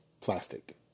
Plastic